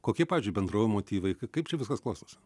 kokie pavyzdžiui bendrovių motyvai kaip čia viskas klostosi